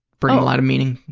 bring a lot of meaning?